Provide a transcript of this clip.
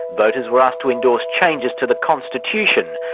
voters were asked to endorse changes to the constitution,